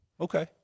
Okay